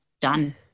done